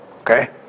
Okay